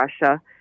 Russia